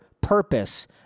purpose